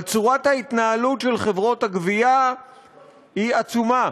צורת ההתנהלות של חברות הגבייה היא עצומה.